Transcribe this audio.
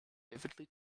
vividly